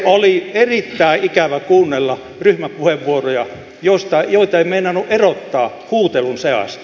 oli erittäin ikävä kuunnella ryhmäpuheenvuoroja joita ei meinannut erottaa huutelun seasta